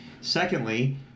Secondly